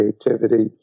creativity